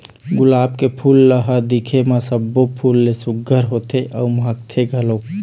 गुलाब के फूल ल ह दिखे म सब्बो फूल ले सुग्घर होथे अउ महकथे घलोक